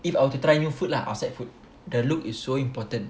if I were to try new food lah outside food the look is so important